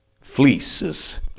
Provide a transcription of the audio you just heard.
fleeces